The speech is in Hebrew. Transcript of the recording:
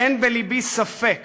אין בלבי ספק